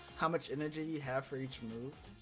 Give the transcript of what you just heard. how much energy you have for each move